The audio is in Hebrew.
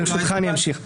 ברשותך אני אמשיך.